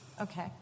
Okay